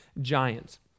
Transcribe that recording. giants